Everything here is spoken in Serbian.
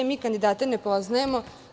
Mi kandidate ne poznajemo.